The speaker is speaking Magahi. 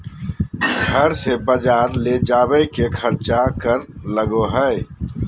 घर से बजार ले जावे के खर्चा कर लगो है?